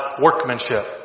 workmanship